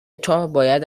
توباید